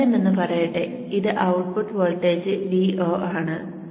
രസകരമെന്നു പറയട്ടെ ഇത് ഔട്ട്പുട്ട് വോൾട്ടേജ് Vo ആണ്